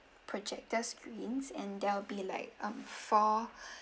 projector screens and there'll be like um four